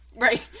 Right